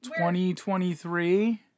2023